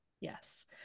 Yes